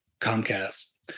Comcast